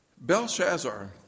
Belshazzar